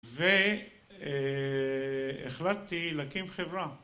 והחלטתי להקים חברה